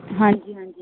ਹਾਂਜੀ ਹਾਂਜੀ